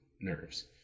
nerves